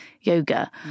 yoga